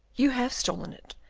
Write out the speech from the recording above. you have stolen it,